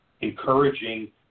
encouraging